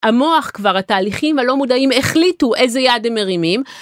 המוח כבר, התהליכים הלא מודעים החליטו איזה יד הם מרימים.